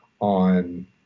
on